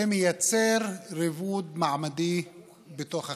ומייצר ריבוד מעמדי בתוך החברה,